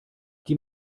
die